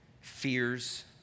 fears